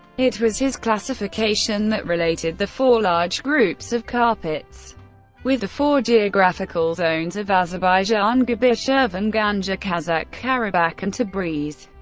it was his classification that related the four large groups of carpets with the four geographical zones of azerbaijan, guba-shirvan, ganja-kazakh, karabakh and tabriz.